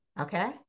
okay